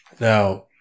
now